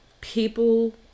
People